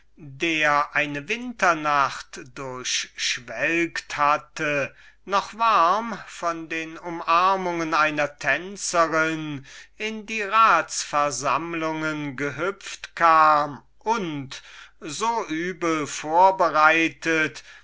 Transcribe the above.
der eine winternacht durchschwelgt hatte noch warm von den umarmungen einer tänzerin in die rats versammlungen hüpfte und sich so übel vorbereitet